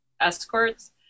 escorts